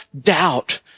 doubt